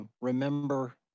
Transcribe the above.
Remember